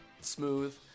smooth